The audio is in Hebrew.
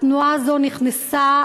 התנועה הזו נכנסה,